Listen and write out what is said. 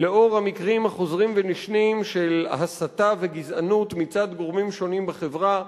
לנוכח המקרים החוזרים ונשנים של הסתה וגזענות מצד גורמים שונים בחברה,